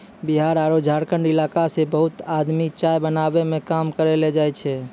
बिहार आरो झारखंड इलाका सॅ बहुत आदमी चाय बगानों मॅ काम करै ल जाय छै